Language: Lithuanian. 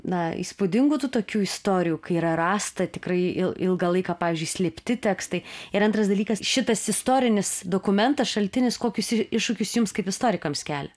na įspūdingų tų tokių istorijų kai yra rasta tikrai ilgą laiką pavyzdžiui slėpti tekstai ir antras dalykas šitas istorinis dokumentas šaltinis kokius iššūkius jums kaip istorikams kelia